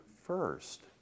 first